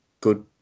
good